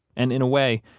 and in a way,